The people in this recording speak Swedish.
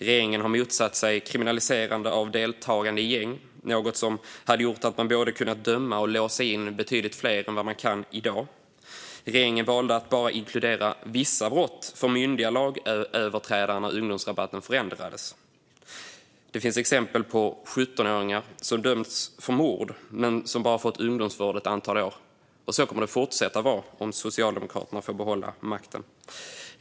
Regeringen har motsatt sig kriminalisering av deltagande i gäng, något som hade gjort att man både kunnat döma och låsa in betydligt fler än i dag. Regeringen valde att bara inkludera vissa brott för myndiga lagöverträdare när ungdomsrabatten förändrades. Det finns exempel på 17-åringar som dömts för mord men bara fått ungdomsvård i ett antal år. Så kommer det att fortsätta att vara om Socialdemokraterna får behålla makten.